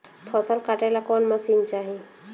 फसल काटेला कौन मशीन चाही?